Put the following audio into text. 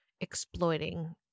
exploiting